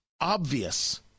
obvious